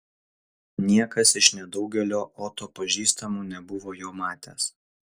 niekas iš nedaugelio oto pažįstamų nebuvo jo matęs